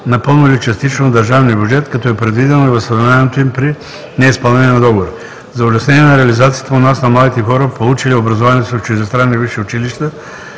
напълно или частично от държавния бюджет, като е предвидено и възстановяването им при неизпълнение на договора. За улеснение на реализацията у нас на младите хора, получили образованието си в чуждестранни висши училища,